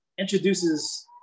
introduces